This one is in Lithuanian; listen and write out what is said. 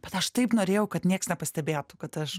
bet aš taip norėjau kad niekas nepastebėtų kad aš